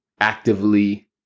actively